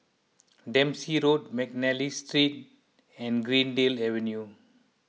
Dempsey Road McNally Street and Greendale Avenue